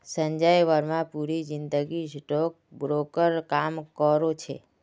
संजय बर्मा पूरी जिंदगी stock broker काम करो छे